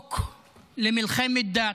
לדחוק למלחמת דת.